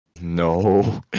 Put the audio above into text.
No